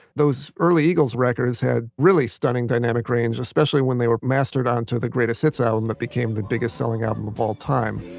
those early eagles records had really stunning dynamic range, especially when they were mastered on to the greatest hits album that became the biggest selling album of all time.